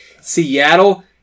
Seattle